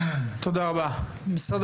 משרד